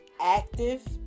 active